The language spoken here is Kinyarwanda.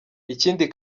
ikindi